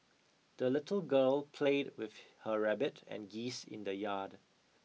the little girl played with her rabbit and geese in the yard